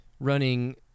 Running